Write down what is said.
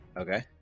Okay